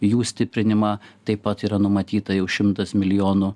jų stiprinimą taip pat yra numatyta jau šimtas milijonų